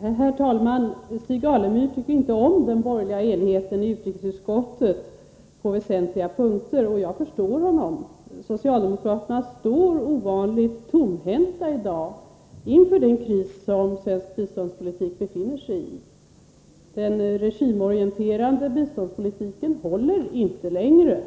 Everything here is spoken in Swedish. Herr talman! Stig Alemyr tycker inte om den borgerliga enigheten i utrikesutskottet på väsentliga punkter. Jag förstår honom. Socialdemokraterna står ovanligt tomhänta i dag inför den kris som svensk biståndspolitik befinner sigi. Den regimorienterade biståndspolitiken håller inte längre.